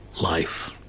life